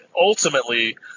ultimately